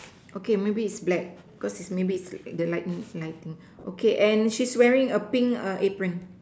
okay maybe is black because is maybe is the lightning lighting okay and she's wearing a pink apron